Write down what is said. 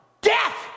Death